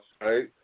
right